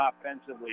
offensively